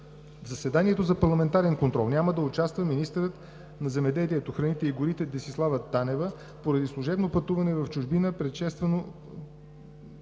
В заседанието за парламентарен контрол няма да участва министърът на земеделието, храните и горите Десислава Танева поради служебно пътуване в чужбина, предшествано